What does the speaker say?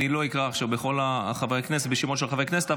אני לא אקרא עכשיו בכל השמות של חברי כנסת,